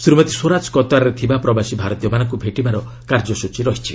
ଶ୍ରୀମତୀ ସ୍ୱରାଜ କତାର୍ରେ ଥିବା ପ୍ରବାସୀ ଭାରତୀୟମାନଙ୍କୁ ଭେଟିବାର କାର୍ଯ୍ୟସ୍ଟଚୀ ରହିଛି